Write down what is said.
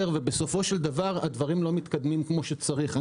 ובסופו של דבר הדברים לא מתקדמים כמו שצריך.